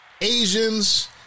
Asians